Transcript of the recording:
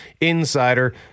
Insider